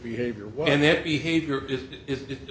behavior and that behavior is it's